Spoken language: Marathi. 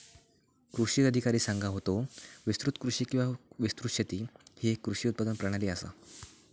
कृषी अधिकारी सांगा होतो, विस्तृत कृषी किंवा विस्तृत शेती ही येक कृषी उत्पादन प्रणाली आसा